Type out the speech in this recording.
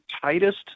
tightest